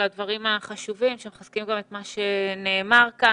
על הדברים החשובים שמחזקים גם את מה שנאמר כאן.